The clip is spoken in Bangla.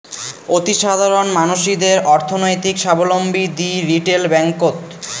অতিসাধারণ মানসিদের অর্থনৈতিক সাবলম্বী দিই রিটেল ব্যাঙ্ককোত